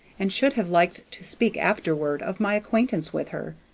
and should have liked to speak afterward of my acquaintance with her.